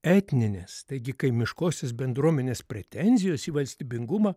etninės taigi kaimiškosios bendruomenės pretenzijos į valstybingumą